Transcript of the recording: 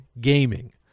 gaming